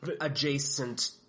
adjacent